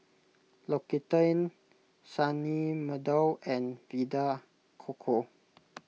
L'Occitane Sunny Meadow and Vita Coco